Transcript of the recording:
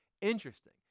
interesting